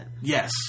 Yes